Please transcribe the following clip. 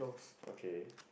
okay